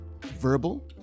verbal